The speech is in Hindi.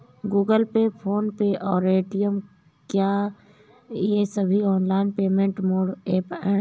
गूगल पे फोन पे और पेटीएम क्या ये सभी ऑनलाइन पेमेंट मोड ऐप हैं?